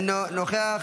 אינו נוכח,